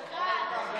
שקרן.